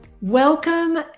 welcome